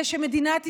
זה שמדינת ישראל,